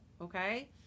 Okay